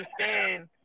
understand